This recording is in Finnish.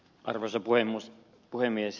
arvoisa puhemies